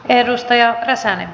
kyllä kirjataan